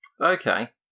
Okay